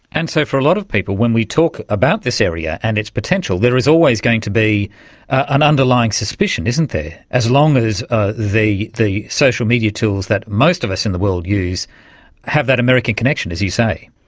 and so for a lot of people when we talk about this area and its potential, there is always going to be an underlying suspicion, isn't there, as long as ah the social media tools that most of us in the world use have that american connection, as you say.